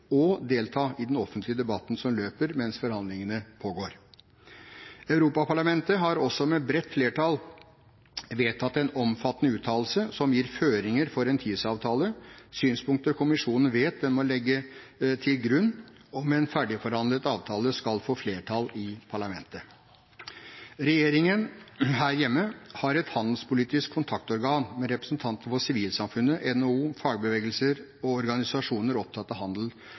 og delta i den offentlige debatten som løper mens forhandlingene pågår. Europaparlamentet har også, med bredt flertall, vedtatt en omfattende uttalelse som gir føringer for en TISA-avtale, synspunkter kommisjonen vet den må legge til grunn om en ferdigforhandlet avtale skal få flertall i parlamentet. Regjeringen – her hjemme – har et handelspolitisk kontaktorgan med representanter fra sivilsamfunnet, NHO, fagbevegelser og organisasjoner opptatt av